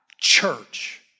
church